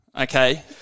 Okay